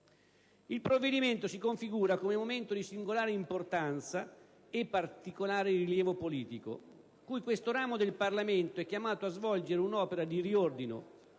Il provvedimento si configura come momento di singolare importanza e particolare rilievo politico cui questo ramo del Parlamento è chiamato a svolgere un'opera di riordino